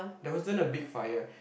there wasn't a big fire